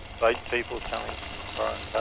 boat people coming from foreign